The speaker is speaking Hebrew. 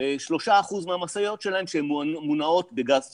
3% מהמשאיות שלהם כשהן מונעות בגז טבעי.